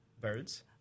birds